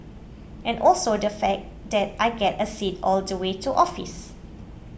and also the fact that I get a seat all the way to office